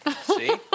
see